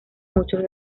muchos